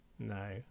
No